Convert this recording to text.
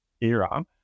era